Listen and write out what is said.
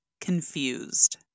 Confused